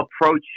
approach